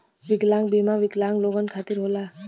विकलांग बीमा विकलांग लोगन खतिर होला